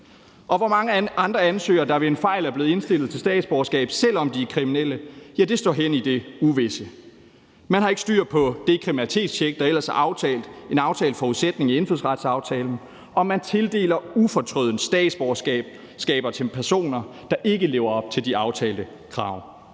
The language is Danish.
Og hvor mange andre ansøgere, der ved en fejl er blevet indstillet til statsborgerskab, selv om de er kriminelle, står hen i det uvisse. Man har ikke styr på det kriminalitetstjek, der ellers er en aftalt forudsætning i indfødsretsaftalen, og man tildeler ufortrødent statsborgerskaber til personer, der ikke lever op til de aftalte krav.